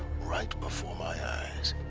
right before my eyes